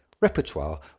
Repertoire